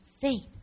faith